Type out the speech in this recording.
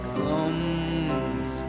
comes